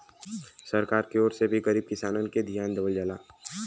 सरकार के ओर से भी गरीब किसानन के धियान देवल जाला